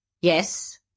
yes